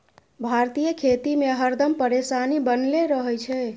भारतीय खेती में हरदम परेशानी बनले रहे छै